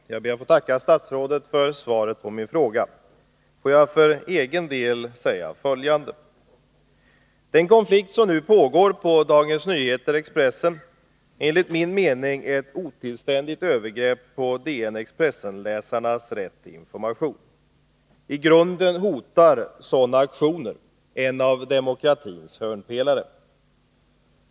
Fru talman! Jag ber att få tacka statsrådet för svaret på min fråga. Får jag för egen del säga följande. Den konflikt som nu pågår på DN och Expressen är enligt min mening ett otillständigt övergrepp på DN:s och Expressens läsares rätt till information. I grunden hotar sådana aktioner en av demokratins hörnpelare.